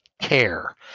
care